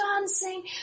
dancing